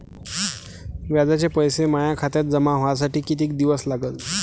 व्याजाचे पैसे माया खात्यात जमा व्हासाठी कितीक दिवस लागन?